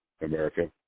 America